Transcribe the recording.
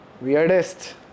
Weirdest